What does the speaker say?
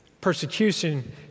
Persecution